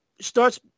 starts